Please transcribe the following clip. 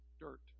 dirt